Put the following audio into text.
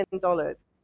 dollars